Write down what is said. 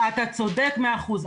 אתה צודק במאה אחוז.